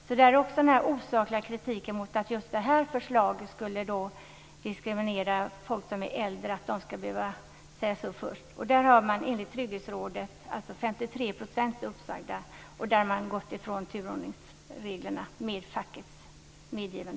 Där finns också den osakliga kritiken mot att just det här förslaget skulle diskriminera de äldre och att de skulle sägas upp först. Enligt Trygghetsrådet har man för 53 % av de uppsagda gått ifrån turordningreglerna med fackets medgivande.